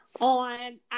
on